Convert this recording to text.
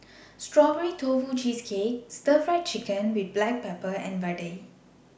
Strawberry Tofu Cheesecake Stir Fry Chicken with Black Pepper and Vadai